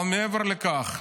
אבל מעבר לכך,